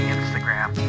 Instagram